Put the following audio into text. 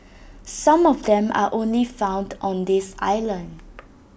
some of them are only found on this island